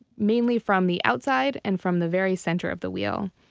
mainly from the outside and from the very center of the wheel.